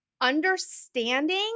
understanding